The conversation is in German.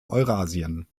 eurasien